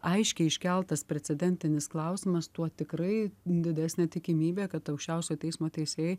aiškiai iškeltas precedentinis klausimas tuo tikrai didesnė tikimybė kad aukščiausiojo teismo teisėjai